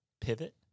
pivot